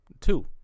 Two